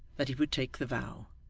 that he would take the vow,